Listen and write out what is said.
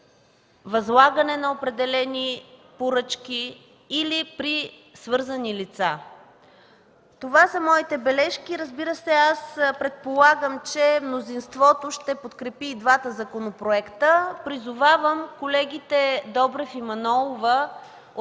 възлагане на определени поръчки или при свързани лица. Това са моите бележки. Разбира се, аз предполагам, че мнозинството ще подкрепи и двата законопроекта. Призовавам колегите Добрев и Манолова